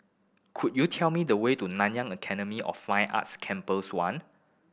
could you tell me the way to Nanyang Academy of Fine Arts Campus One